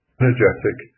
energetic